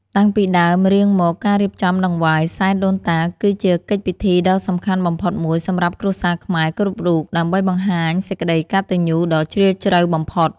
តាំងពីដើមរៀងមកការរៀបចំដង្វាយសែនដូនតាគឺជាកិច្ចពិធីដ៏សំខាន់បំផុតមួយសម្រាប់គ្រួសារខ្មែរគ្រប់រូបដើម្បីបង្ហាញសេចក្តីកតញ្ញូដ៏ជ្រាលជ្រៅបំផុត។